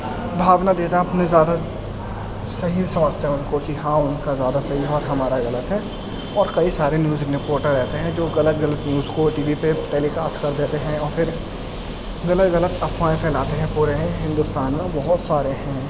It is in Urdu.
بھاؤ نہ دیتے ہیں اپنے زیادہ صحیح سمجھتے ہیں ان کو کہ ہاں ان کا زیادہ صحیح ہے اور ہمارا غلط ہے اور کئی سارے نیوز رپورٹر ایسے ہیں جو غلط غلط نیوز کو ٹی وی پہ ٹیلی کاسٹ کر دیتے ہیں اور پھرغلط غلط افواہیں پھیلاتے ہیں پورے ہندوستان میں بہت سارے ہیں